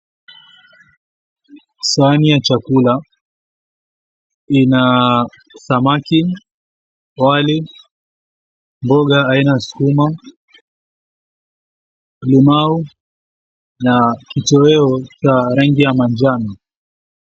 Sahani ya chakula ina samaki, wali, mboga aina ya sukuma, limau, na kitoweo cha rangi ya manjano.